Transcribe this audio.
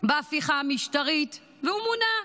בהפיכה המשטרית, והוא מונה.